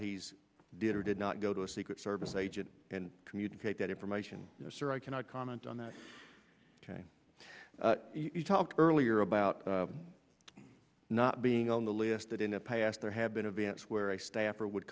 he's did or did not go to a secret service agent and communicate that information you know sir i cannot comment on that ok you talked earlier about not being on the list that in the past there have been events where i staffer would